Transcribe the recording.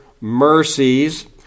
mercies